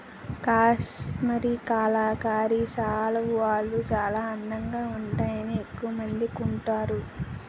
కాశ్మరీ కలంకారీ శాలువాలు చాలా అందంగా వుంటాయని ఎక్కవమంది కొంటారు